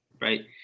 right